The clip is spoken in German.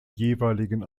jeweiligen